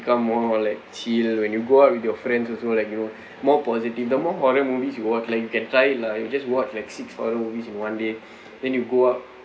become more of like chill when you go out with your friends also like you know more positive the more horror movies you watch like you can try it lah you just watch like six horror movies in one day then you go out